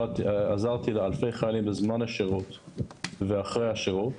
עזרתי לאלפי חיילים בזמן השירות ואחרי השירות.